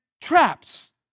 traps